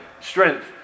strength